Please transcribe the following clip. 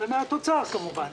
ומהתוצר כמובן,